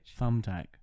Thumbtack